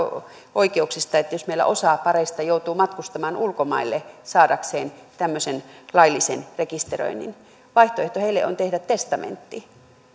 oikeuksista jos meillä osa pareista joutuu matkustamaan ulkomaille saadakseen tämmöisen laillisen rekisteröinnin vaihtoehto heille on tehdä testamentti